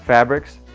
fabrics,